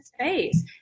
space